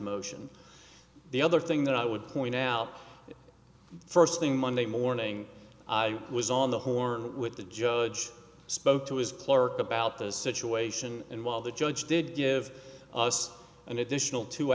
motion the other thing that i would point out first thing monday morning i was on the horn with the judge spoke to his clerk about the situation and while the judge did give us an additional two